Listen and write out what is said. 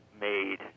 made